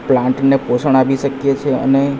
પ્લાન્ટને પોષણ આપી શકીએ છીએ અને